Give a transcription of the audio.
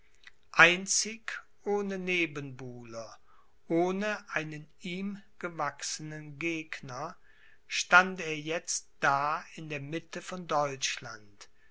einzig ohne nebenbuhler ohne einen ihm gewachsenen gegner stand er jetzt da in der mitte von